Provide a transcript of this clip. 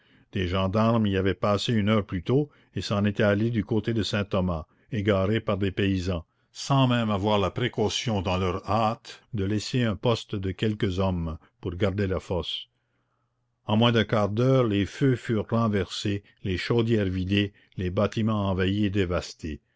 des gendarmes y avaient passé une heure plus tôt et s'en étaient allés du côté de saint-thomas égarés par des paysans sans même avoir la précaution dans leur hâte de laisser un poste de quelques hommes pour garder la fosse en moins d'un quart d'heure les feux furent renversés les chaudières vidées les bâtiments envahis et dévastés